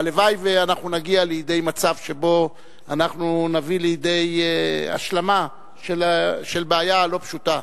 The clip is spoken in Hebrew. הלוואי שנגיע למצב שבו אנחנו נביא לידי השלמה של בעיה לא פשוטה.